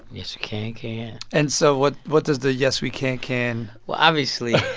yes we can can. and so what what does the yes we can can. well, obviously.